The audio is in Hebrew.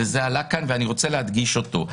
וזה עלה כאן ואני רוצה להדגיש אותו.